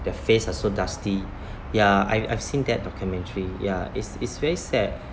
their face are so dusty ya I've seen that documentary ya is is very sad